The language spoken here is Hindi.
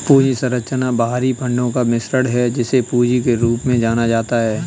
पूंजी संरचना बाहरी फंडों का मिश्रण है, जिसे पूंजी के रूप में जाना जाता है